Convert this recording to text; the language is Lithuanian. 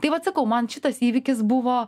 tai vat sakau man šitas įvykis buvo